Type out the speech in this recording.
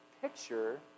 picture